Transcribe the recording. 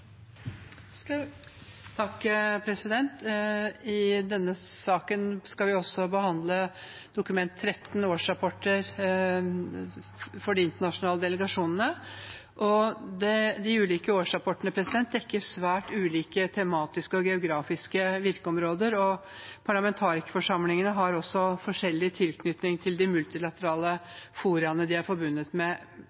I denne saken skal vi også behandle Dokument 13 for 2021–2022, årsrapporter for de internasjonale delegasjonene. De ulike årsrapportene dekker svært ulike tematiske og geografiske virkeområder, og parlamentarikerforsamlingene har også forskjellig tilknytning til de multilaterale